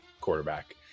quarterback